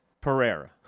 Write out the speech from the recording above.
Pereira